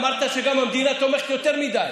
אמרת גם שהמדינה תומכת יותר מדי.